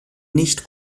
nicht